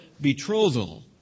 betrothal